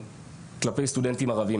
כלפי סטודנטים ערבים.